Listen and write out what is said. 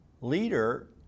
leader